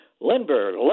Lindbergh